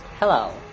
Hello